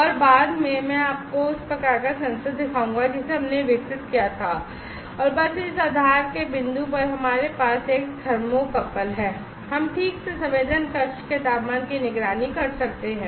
और बाद में मैं आपको उस प्रकार का सेंसर दिखाऊंगा जिसे हमने विकसित किया था और बस इस आधार के बिंदु पर हमारे पास एक थर्मोकपल है हम ठीक से संवेदन कक्ष के तापमान की निगरानी कर सकते हैं